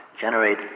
generate